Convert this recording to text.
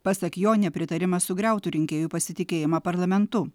pasak jo nepritarimas sugriautų rinkėjų pasitikėjimą parlamentu